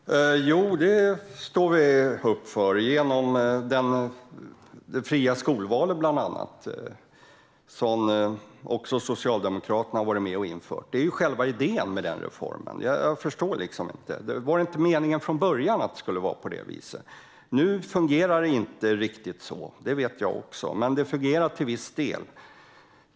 Herr talman! Jo, det står vi upp för genom bland annat det fria skolvalet, som också Socialdemokraterna var med och införde. Det var ju själva idén med den reformen. Jag förstår inte. Var det inte meningen från början att det skulle vara på det viset? Jag vet att det inte fungerar riktigt så i dag, men det fungerar till viss del.